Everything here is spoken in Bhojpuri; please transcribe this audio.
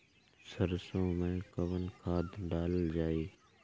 सरसो मैं कवन खाद डालल जाई?